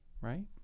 right